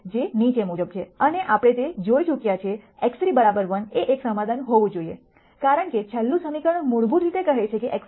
જે નીચે મુજબ છે અને આપણે તે જોઈ ચૂક્યા છે x3 1 એ એક સમાધાન હોવું જોઈએ કારણ કે છેલ્લું સમીકરણ મૂળભૂત રીતે કહે છે x3 1